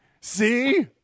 See